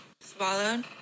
Swallowed